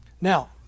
now